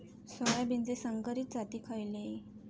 सोयाबीनचे संकरित जाती खयले?